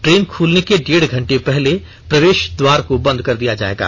train खुलने के डेढ़ घंटे पहले प्रवेष द्वार को बंद कर दिया जायेगा